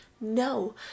No